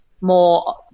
more